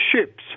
ships